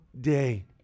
day